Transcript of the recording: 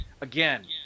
again